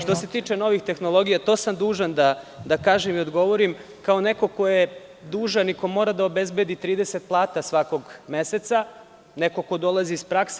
Što se tiče novih tehnologija, to sam dužan da kažem i da odgovorim kao neko ko je dužan i ko mora da obezbedi 30 plata svakog meseca, neko ko dolazi iz prakse.